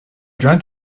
drunk